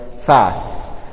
fasts